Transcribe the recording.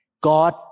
God